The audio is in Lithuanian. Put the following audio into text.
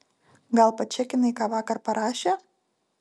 gal pačekinai ką vakar parašė